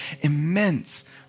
immense